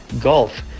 Golf